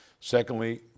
secondly